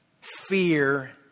Fear